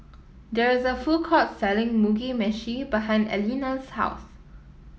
there is a food court selling Mugi Meshi behind Eleni's house